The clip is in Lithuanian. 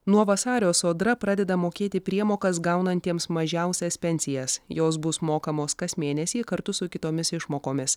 nuo vasario sodra pradeda mokėti priemokas gaunantiems mažiausias pensijas jos bus mokamos kas mėnesį kartu su kitomis išmokomis